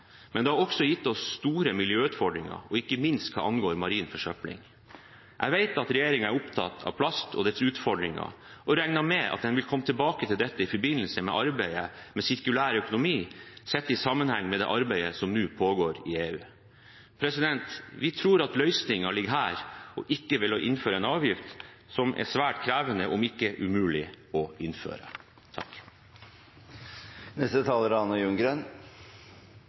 men det har også gitt oss store miljøutfordringer, ikke minst hva angår marin forsøpling. Jeg vet at regjeringen er opptatt av plast og dens utfordringer, og jeg regner med at de vil komme tilbake til dette i forbindelse med arbeidet med sirkulær økonomi, sett i sammenheng med det arbeidet som nå pågår i EU. Vi tror løsningen ligger her og ikke i å innføre en avgift som er svært krevende – om ikke umulig – å innføre.